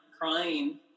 crying